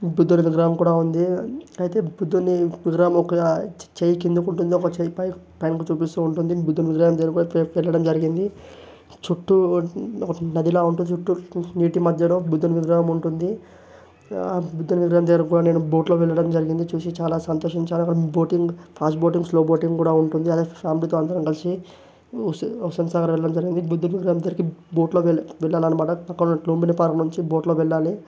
బుద్దిని విగ్రహం కూడా ఉంది అయితే బుద్ధుని విగ్రహం ఒక ఒక చేయి కిందికి ఉంటుంది ఒక చెయ్యి పైకి చూపిస్తు ఉంటుంది బుద్ధిని విగ్రహం దగ్గరికి కూడా వెళ్ళడం జరిగింది చుట్టూ ఒక నదిలా ఉంటుంది చుట్టు నీటి మధ్యలో బుద్ధుని విగ్రహం ఉంటుంది బుద్ధుని విగ్రహం దగ్గరికి కూడా నేను బోట్లో వెళ్ళడం జరిగింది అది చూసి నేను చాలా సంతోషించాను boating fast boating slow boating కూడా ఉంటుంది అలాగే అని హుస్సేన్ హుస్సేన్ సాగర్ దగ్గరికి వెళ్ళడం జరిగింది బుద్ధుని విగ్రహం దగ్గరికి బోట్ బోట్లో వెళ్ళాలి అనమాట అక్కడ లుంబిని పార్క్ నుంచి బోట్లో వెళ్ళాలి